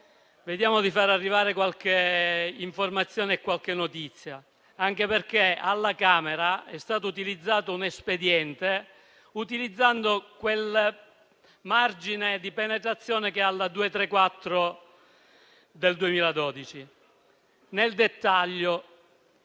Vediamo di far arrivare qualche informazione e qualche notizia, anche perché alla Camera si è fatto ricorso a un espediente, utilizzando quel margine di penetrazione che ha la legge n. 234 del 2012. Nel dettaglio,